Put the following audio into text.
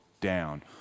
Down